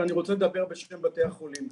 אני רוצה לדבר בשם בתי החולים.